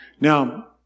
Now